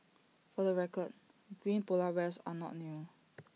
for the record green Polar Bears are not new